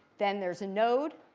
then there's a node.